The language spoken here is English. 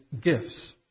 gifts